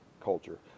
culture